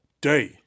day